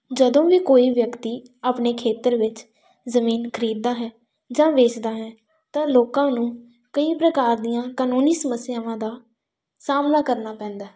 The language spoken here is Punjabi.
ਜਦੋਂ ਵੀ ਕੋਈ ਵਿਅਕਤੀ ਆਪਣੇ ਖੇਤਰ ਵਿੱਚ ਜ਼ਮੀਨ ਖਰੀਦਦਾ ਹੈ ਜਾਂ ਵੇਚਦਾ ਹੈ ਤਾਂ ਲੋਕਾਂ ਨੂੰ ਕਈ ਪ੍ਰਕਾਰ ਦੀਆਂ ਕਾਨੂੰਨੀ ਸਮੱਸਿਆਵਾਂ ਦਾ ਸਾਹਮਣਾ ਕਰਨਾ ਪੈਂਦਾ ਹੈ